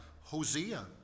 Hosea